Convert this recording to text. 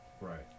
Right